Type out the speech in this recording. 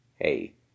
hey